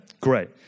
Great